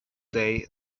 day